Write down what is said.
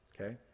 Okay